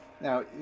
Now